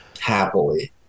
happily